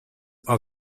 are